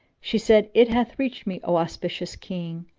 she said, it hath reached me, o auspicious king,